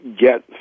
get